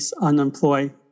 unemployed